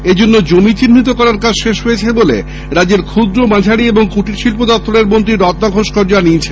এজন্য অমি চিহ্নিতকরণের কাজ শেষ হয়েছে বলে রাজ্যের ক্ষুদ্র মাঝারি ও কুটির শিল্প দপ্তরের মন্ত্রী রত্না ঘোষ কর জানিয়েছেন